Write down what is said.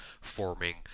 forming